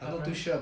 but primary s~